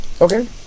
Okay